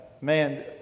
Man